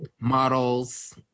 models